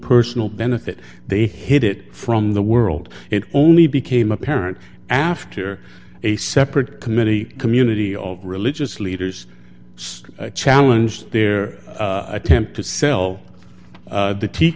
personal benefit they hid it from the world it only became apparent after a separate committee community of religious leaders challenge their attempt to sell the te